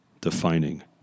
defining